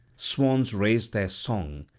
swans raise their song,